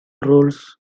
roles